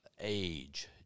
age